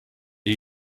are